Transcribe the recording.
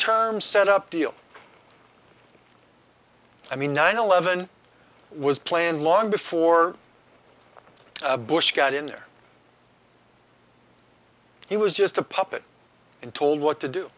term set up deal i mean nine eleven was planned long before bush got in there he was just a puppet and told what to do